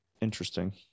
Interesting